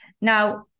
Now